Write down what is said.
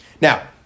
Now